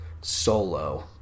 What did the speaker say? solo